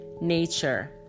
nature